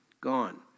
gone